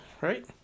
Right